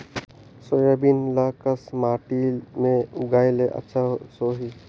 Soybean ल कस माटी मे लगाय ले अच्छा सोही?